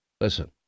listen